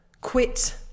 quit